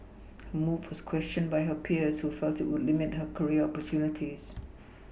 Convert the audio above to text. her move was questioned by her peers who felt it would limit her career opportunities